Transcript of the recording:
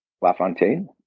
LaFontaine